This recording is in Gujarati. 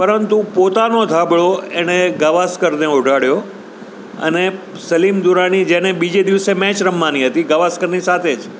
પરંતુ પોતાનો ધાબળો એણે ગાવસ્કરને ઓઢાડ્યો અને સલીમ દુરાની જેને બીજે દિવસે મેચ રમવાની હતી ગાવસ્કરની સાથે જ